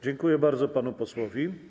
Dziękuję bardzo panu posłowi.